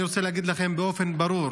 אני רוצה להגיד לכם באופן ברור: